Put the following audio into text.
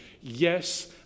Yes